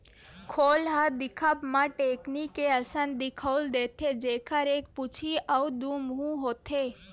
खोल ह दिखब म टेकनी के असन दिखउल देथे, जेखर एक पूछी अउ दू मुहूँ होथे